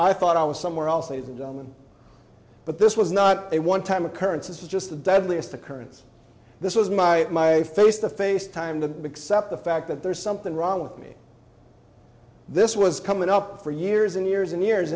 i thought i was somewhere else ladies and gentlemen but this was not a one time occurrence this was just the deadliest occurrence this was my face to face time to accept the fact that there's something wrong with me this was coming up for years and years and years